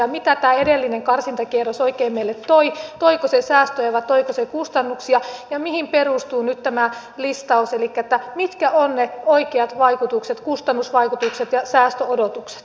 mitä tämä edellinen karsintakierros oikein meille toi toiko se säästöjä vai toiko se kustannuksia ja mihin perustuu nyt tämä listaus elikkä mitkä ovat ne oikeat kustannusvaikutukset ja säästöodotukset